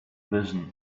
vision